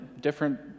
different